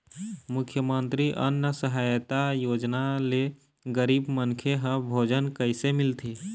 मुख्यमंतरी अन्न सहायता योजना ले गरीब मनखे ह भोजन कइसे मिलथे?